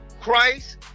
Christ